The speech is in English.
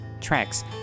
tracks